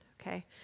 okay